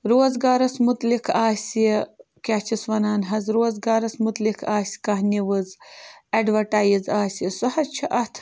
روزگارَس مُتعلِق آسہِ کیٛاہ چھِس وَنان حظ روزگارَس مُتعلِق آسہِ کانٛہہ نِوٕز اٮ۪ڈوَٹایِز آسہِ سُہ حظ چھِ اَتھ